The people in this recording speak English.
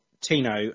Tino